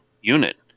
unit